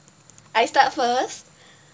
I start first